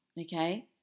Okay